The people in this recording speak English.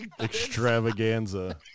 extravaganza